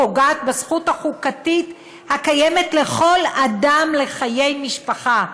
פוגעת בזכות החוקתית הקיימת לכל אדם לחיי משפחה.